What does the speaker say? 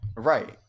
Right